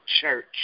church